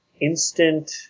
instant